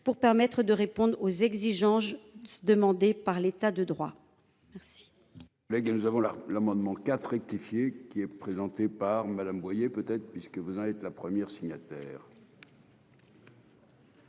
pour permettre de répondre aux exigences. Demandées par l'état de droit. Merci.